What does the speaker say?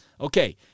okay